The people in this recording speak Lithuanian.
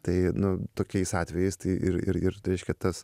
tai nu tokiais atvejais tai ir ir ir reiškia tas